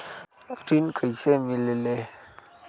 ऋण कईसे मिलल ले?